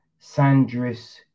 Sandris